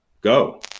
go